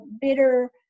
bitter